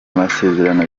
amasezerano